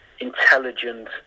intelligent